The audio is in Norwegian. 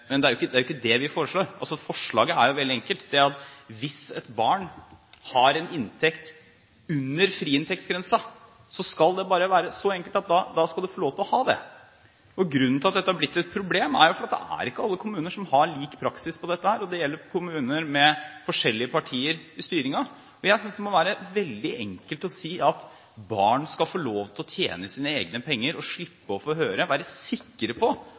Men det er jo ikke det vi foreslår. Forslaget er veldig enkelt: Hvis et barn har en inntekt under friinntektsgrensen, skal det være så enkelt at da skal det få lov til å ha den inntekten. Grunnen til at dette har blitt et problem, er at det ikke er alle kommuner som har lik praksis her. Det gjelder kommuner hvor det er forskjellige partier som styrer. Jeg synes det må være veldig enkelt å si at barn skal få lov til å tjene sine egne penger og være sikre på at de slipper å få høre